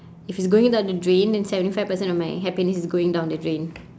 if it's going down the drain then seventy five percent of my happiness is going down the drain